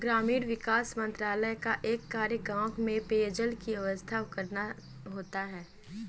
ग्रामीण विकास मंत्रालय का एक कार्य गांव में पेयजल की व्यवस्था करना होता है